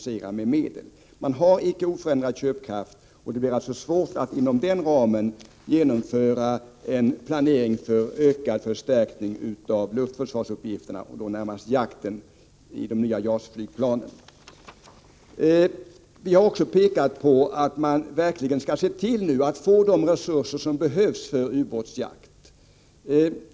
Försvaret har alltså inte oförändrad köpkraft, och det är svårt att inom ramen genomföra planering för en ökad förstärkning av luftförsvarsuppgifterna, närmast jakten när det gäller de nya JAS-flygplanen. Vi har också pekat på att man nu verkligen bör se till att få de resurser som behövs för ubåtsjakt.